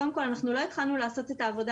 קודם כל אנחנו לא התחלנו לעשות את העבודה